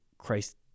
Christ